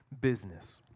business